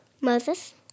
Moses